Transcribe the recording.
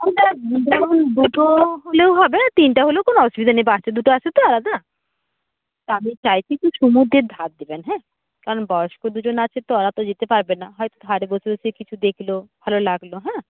দুটো হলেও হবে তিনটে হলেও কোনো অসুবিধা নেই বাচ্চা দুটো আছে তো দাদা তা আমি চাইছি কি সমুদ্রের ধার দেবেন হ্যাঁ কারণ বয়স্ক দুজন আছে তো তারা তো যেতে পারবে না হয়তো ঘরে বসে বসেই কিছু দেখলো ভালো লাগলো হ্যাঁ